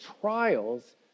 trials